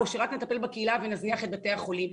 או שנטפל רק בקהילה ונזניח את בתי החולים.